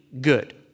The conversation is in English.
good